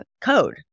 code